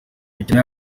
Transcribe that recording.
imikino